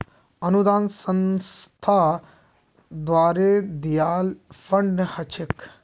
अनुदान संस्था द्वारे दियाल फण्ड ह छेक